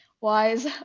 wise